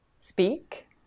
Speak